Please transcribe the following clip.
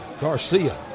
Garcia